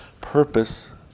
purpose